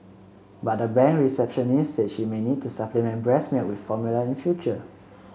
but the bank receptionist said she may need to supplement breast milk with formula in future